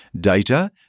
data